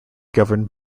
governed